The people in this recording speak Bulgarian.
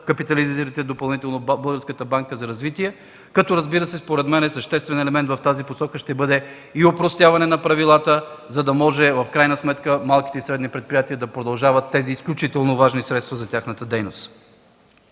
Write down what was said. капитализирате допълнително Българската банка за развитие, като, разбира се, според мен съществен елемент в тази посока ще бъде и опростяване на правилата, за да може в крайна сметка малките и средните предприятия да продължават да получават тези изключително важни средства за тяхната дейност.